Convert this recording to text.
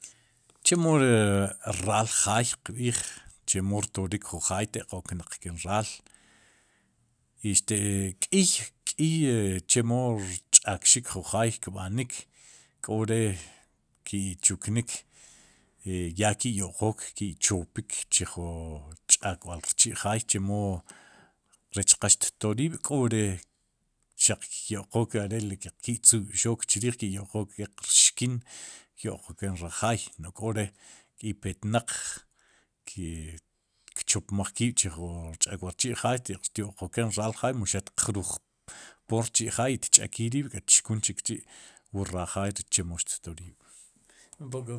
Chemo ri raal jaay qb'iij chemo rtorik jun jaay teq okna'qken raal ite'k'iy, k'iy chemo rch'akxik jun jaay kb'anik k'ore ki'chuknik, ya ki'yo'qook ki'chopik chij wu ch'akb'al rchi'jaay chemo rech qal xtor rrib'k'o re xaq ki'yo'qook are ri xaq ki' tzuyb'xook chriij ki'yo'qook keq rxkin kyo'qonen raal jaay, no'j k'ore'ipetnan ki kchopmaj kiib' chij wu rch'akb'al chi'jaay teq xtyo'qeken raal jaay mu xaq tiqjruujpor i tch'akijriib'i tchkun chik chi'wu raal jaay rech chemo xttoor riib' un poco.